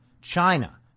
China